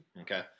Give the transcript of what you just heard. Okay